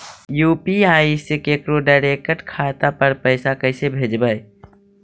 UPI से केकरो direct खाता पर पैसा कैसे भेजबै?